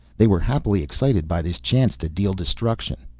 they were happily excited by this chance to deal destruction.